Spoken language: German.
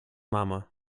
marmor